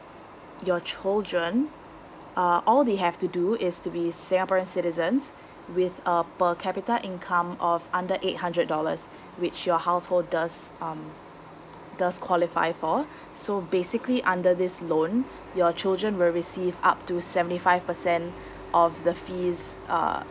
your children uh all they have to do is to be singaporean citizens with a per capita income of under eight hundred dollars which your household does um does qualify for so basically under this loan your children will receive up to seventy five percent of the fees uh